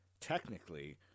technically